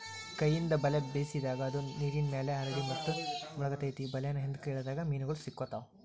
ಕೈಯಿಂದ ಬಲೆ ಬೇಸಿದಾಗ, ಅದು ನೇರಿನ್ಮ್ಯಾಲೆ ಹರಡಿ ಮತ್ತು ಮುಳಗತೆತಿ ಬಲೇನ ಹಿಂದ್ಕ ಎಳದಾಗ ಮೇನುಗಳು ಸಿಕ್ಕಾಕೊತಾವ